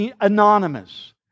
anonymous